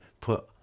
put